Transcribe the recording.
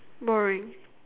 boring